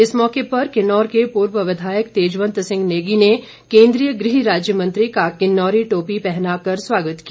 इस मौके पर किन्नौर के पूर्व विधायक तेजवंत सिंह नेगी ने केंद्रीय गृह राज्य मंत्री का किन्नौरी टोपी पहनाकर स्वागत किया